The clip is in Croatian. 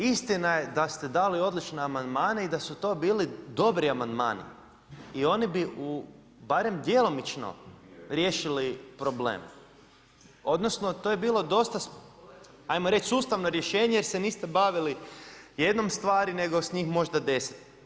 Istina je da ste dali odlične amandmane i da su to bili dobri amandmani i oni bi barem djelomično riješili problem odnosno to je bilo dosta ajmo reći sustavno rješenje jer ste niste bavili jednom stvari nego s njih možda deset.